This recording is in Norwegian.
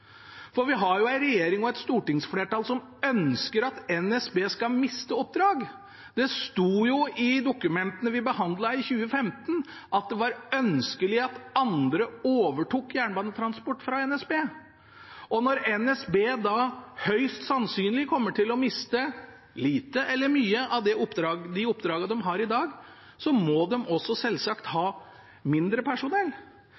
for vi har jo en regjering og et stortingsflertall som ønsker at NSB skal miste oppdrag. Det sto i dokumentene vi behandlet i 2015, at det var ønskelig at andre overtok jernbanetransport fra NSB. Når NSB da høyst sannsynlig kommer til å miste lite eller mye av de oppdragene de har i dag, må de også selvsagt